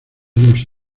nos